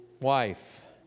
wife